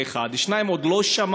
זה, 1, 2. עוד לא שמענו